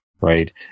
right